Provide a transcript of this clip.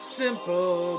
simple